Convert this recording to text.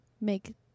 make